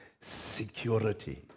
security